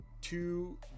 two